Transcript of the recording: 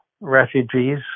refugees